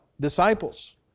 disciples